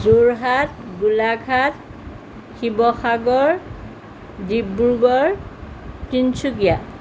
Jorhat Golaghat Sivasagar Dibrugarh Tinsukia